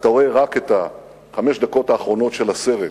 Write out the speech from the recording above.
אתה רואה רק את חמש הדקות האחרונות של הסרט,